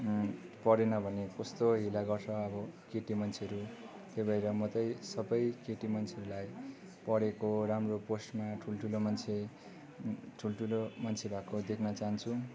पढेन भने कस्तो हेला गर्छ अब केटी मान्छेहरू त्यही भएर म त्यही सबै केटी मान्छेहरूलाई पढेको राम्रो पोस्टमा ठुलठुलो मान्छे ठुलठुलो मान्छे भएको देख्न चाहन्छु